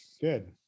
Good